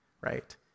right